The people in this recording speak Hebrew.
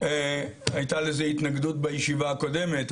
הייתה לזה התנגדות בישיבה הקודמת.